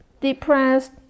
depressed